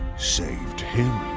saved him.